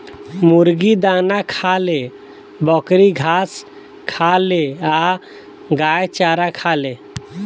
मुर्गी दाना खाले, बकरी घास खाले आ गाय चारा खाले